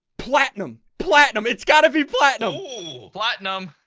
platinum platinum it's gotta be platinum platinum.